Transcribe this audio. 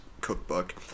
cookbook